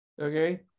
okay